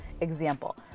example